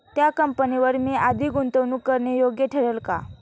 त्या कंपनीवर मी अधिक गुंतवणूक करणे योग्य ठरेल का?